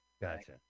Gotcha